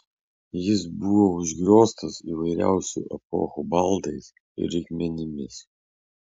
jis buvo užgrioztas įvairiausių epochų baldais ir reikmenimis